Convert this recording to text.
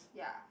ya